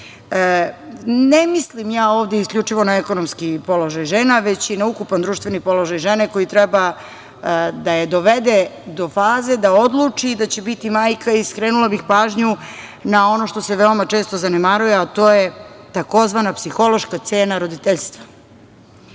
Ne mislim ja ovde isključivo na ekonomski položaj žena, već i na ukupan društveni položaj žene koji treba da je dovede do faze da odluči da će biti majka i skrenula bih pažnju na ono što se veoma često zanemaruje a to je tzv. psihološka cena roditeljstva. Psihološka